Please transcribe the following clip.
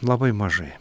labai mažai